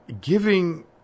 giving